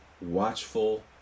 watchful